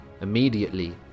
Immediately